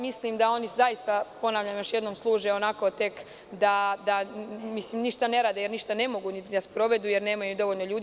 Mislim da oni zaista, ponavljam još jednom, služe onako tek, ništa ne rade jer ništa ne mogu ni da sprovedu, jer nemaju dovoljno ljudi.